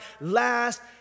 last